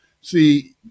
See